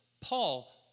Paul